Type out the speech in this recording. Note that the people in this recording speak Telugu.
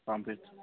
పంపించు